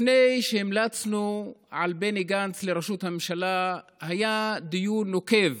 לפני שהמלצנו על בני גנץ לראשות הממשלה היה דיון נוקב